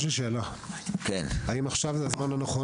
יש לי שאלה: האם עכשיו זה הזמן הנכון